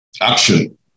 Action